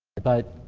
but